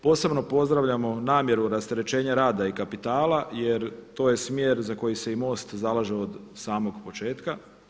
Posebno pozdravljamo namjeru rasterećenja rada i kapitala jer to je smjer za koji se i MOST zalaže od samoga početka.